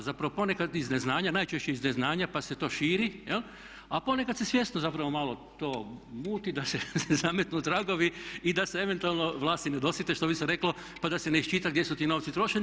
Zapravo ponekad iz neznanja, najčešće iz neznanja pa se to širi, a ponekad se svjesno zapravo malo to muti da se zametnu tragovi i da se eventualno vlasti ne dosjete što bi se reklo, pa da se ne iščita gdje su ti novci trošeni.